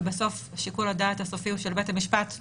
ובסוף שיקול הדעת הסופי הוא של בית המשפט,